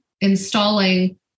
installing